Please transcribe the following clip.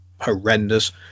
horrendous